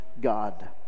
God